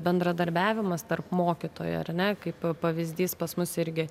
bendradarbiavimas tarp mokytojų ar ne kaip pavyzdys pas mus irgi